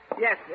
Yes